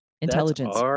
intelligence